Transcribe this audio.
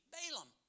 Balaam